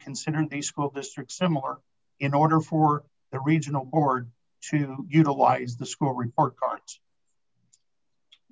consider a school district similar in order for the regional board to utilize the school report cards